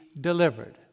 delivered